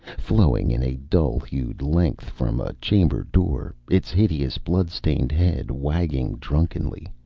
flowing in a dull-hued length from a chamber door, its hideous blood-stained head wagging drunkenly.